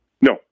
No